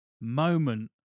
moment